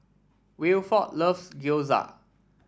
Wilford loves Gyoza